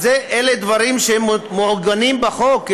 אלה דברים שמעוגנים בחוק,